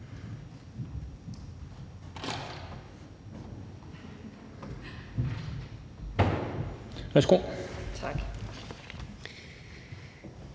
ske. Tak.